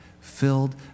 filled